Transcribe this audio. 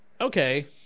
Okay